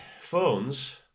Phones